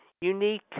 unique